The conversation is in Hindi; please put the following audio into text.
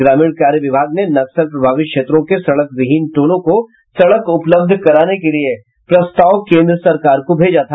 ग्रामीण कार्य विभाग ने नक्सल प्रभावित क्षेत्रों के सड़क विहीन टोलों को सड़क उपलब्ध कराने के लिये प्रस्ताव केंद्र सरकार को भेजा था